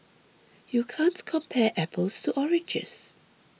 you can't compare apples to oranges